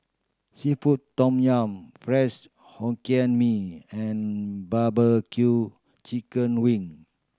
seafood tom yum fries Hokkien Mee and barbecue chicken wing